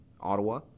Ottawa